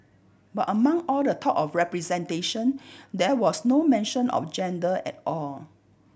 but among all the talk of representation there was no mention of gender at all